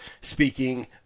speaking